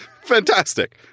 Fantastic